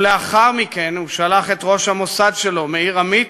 לאחר מכן הוא שלח את ראש המוסד שלו מאיר עמית